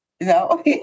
No